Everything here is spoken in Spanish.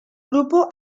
grupo